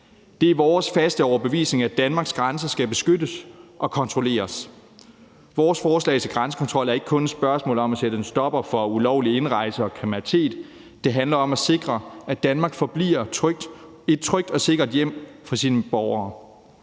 Det er vores faste overbevisning, at Danmarks grænser skal beskyttes og kontrolleres. Vores forslag til grænsekontrol er ikke kun et spørgsmål om at sætte en stopper for ulovlig indrejse og kriminalitet. Det handler om at sikre, at Danmark forbliver et trygt og sikkert hjem for sine borgere.